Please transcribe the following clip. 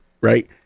right